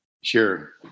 Sure